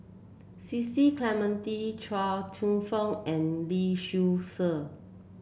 Cecil Clementi Chuang Hsueh Fang and Lee Seow Ser